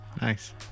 Nice